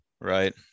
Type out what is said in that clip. right